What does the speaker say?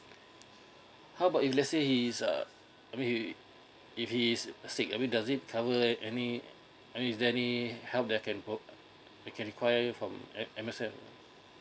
how about if let's say he is err I mean if he is sick I mean does it cover any uh any is there any uh help that I can book I can require from M_S_F